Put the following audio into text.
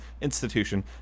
institution